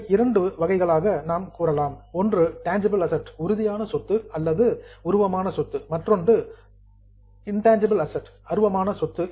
இவை இரண்டு வகைகளாகும் ஒன்று டான்ஜிபிள் அசட் உறுதியான சொத்து மற்றொன்று இன்டான்ஜிபிள் அசட் அருவமான சொத்து